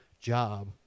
job